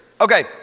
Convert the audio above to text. Okay